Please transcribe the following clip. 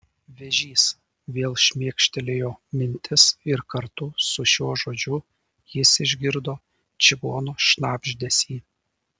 vėžys vėl šmėkštelėjo mintis ir kartu su šiuo žodžiu jis išgirdo čigono šnabždesį